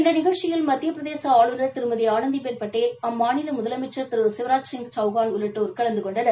இந்த நிகழ்ச்சியில் மத்திய பிரதேச ஆளுநர் திருமதி ஆனந்திபென் படேல் அம்மாநில முதலமைச்சா் திரு சிவ்ராஜ்சிங் சௌஹான் உள்ளிட்டோர் கலந்து கொண்டனர்